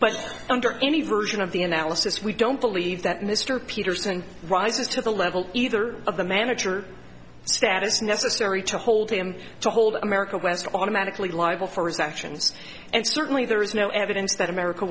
under any version of the analysis we don't believe that mr peterson rises to the level either of the manager status necessary to hold him to hold america west automatically liable for his actions and certainly there is no evidence that america